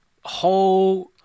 whole